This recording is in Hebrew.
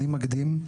אני מקדים,